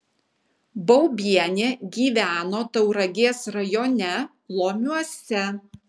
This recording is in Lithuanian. baubienė gyveno tauragės rajone lomiuose